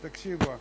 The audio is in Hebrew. אז תקשיבו עכשיו: